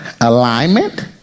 alignment